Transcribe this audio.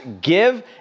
give